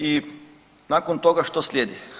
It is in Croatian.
I nakon toga što slijedi?